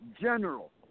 general